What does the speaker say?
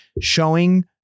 showing